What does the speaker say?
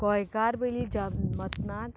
गोंयकार पयली जन्मनात